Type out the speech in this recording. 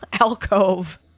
alcove